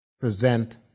present